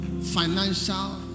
financial